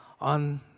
on